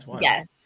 Yes